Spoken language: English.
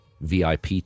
VIP